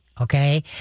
Okay